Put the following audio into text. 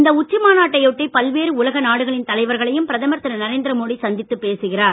இந்த உச்சி மாநாட்டையொட்டி பல்வேறு உலக நாடுகளின் தலைவர்களையும் பிரதமர் திரு நரேந்திர மோடி சந்தித்துப் பேசுகிறார்